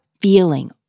feeling